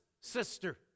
sister